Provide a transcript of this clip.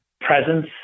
presence